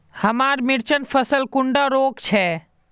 हमार मिर्चन फसल कुंडा रोग छै?